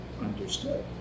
understood